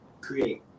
create